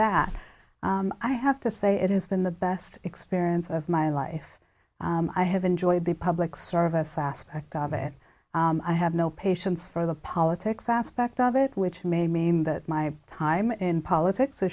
that i have to say it has been the best experience of my life i have enjoyed the public service aspect of it i have no patience for the politics aspect of it which may mean that my time in politics